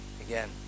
again